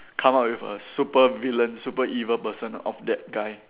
come up with a supervillain super evil person of that guy